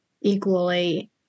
equally